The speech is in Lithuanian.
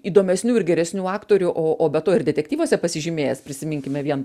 įdomesnių ir geresnių aktorių o o be to ir detektyvuose pasižymėjęs prisiminkime vien